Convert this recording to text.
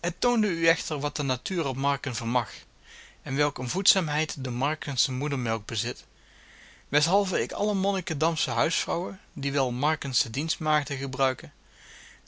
het toonde u echter wat de natuur op marken vermag en welk een voedzaamheid de markensche moedermelk bezit weshalve ik alle monnikendamsche huisvrouwen die wel markensche dienstmaagden gebruiken